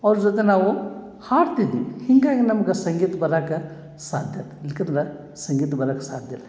ಅವ್ರ ಜೊತೆ ನಾವು ಹಾಡ್ತಿದ್ವಿ ಹೀಗಾಗಿ ನಮ್ಗೆ ಸಂಗೀತ ಬರಾಕ ಸಾಧ್ಯತೆ ಇಲ್ಕಂದ್ರ ಸಂಗೀತ ಬರಾಕೆ ಸಾಧ್ಯಿಲ್ಲ